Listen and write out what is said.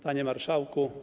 Panie Marszałku!